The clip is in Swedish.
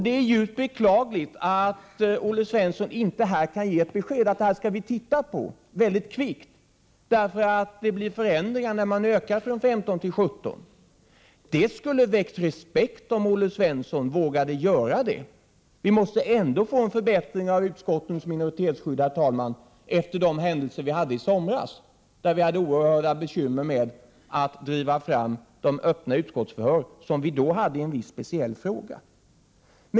Det är djupt beklagligt att Olle Svensson inte kan ge ett besked, att den här saken skall vi se på mycket kvickt, därför att det blir förändringar när man ökar antalet platser från 15 till 17. Det skulle ha väckt respekt om Olle Svensson vågat göra detta. Vi måste ändå få en förbättring av utskottens minoritetsskydd, herr talman, efter händelserna i somras, då vi hade oerhörda bekymmer med att driva fram de öppna utskottsförhör som hölls i en speciell fråga.